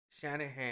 Shanahan